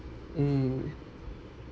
mm mm